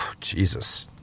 Jesus